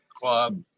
club